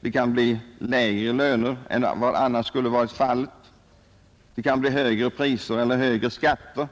Det kan bli lägre löner än vad som annars skulle ha varit fallet, det kan bli högre priser eller högre skatter